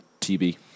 TB